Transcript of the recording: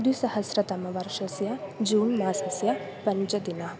द्विसहस्रतमवर्षस्य जून् मासस्य पञ्चदिनाङ्कः